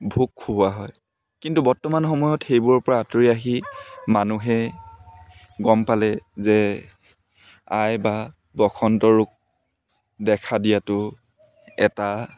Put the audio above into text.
ভোগ খুওৱা হয় কিন্তু বৰ্তমান সময়ত সেইবোৰৰ পৰা আঁতৰি আহি মানুহে গম পালে যে আই বা বসন্ত ৰোগ দেখা দিয়াটো এটা